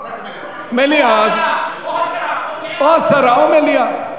או הסרה או מליאה.